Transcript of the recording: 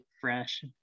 fresh